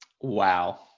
Wow